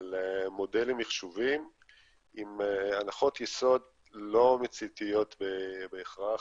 על מודלים מחשוביים עם הנחות יסוד לא מציאותיות בהכרח.